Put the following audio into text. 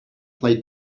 play